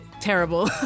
terrible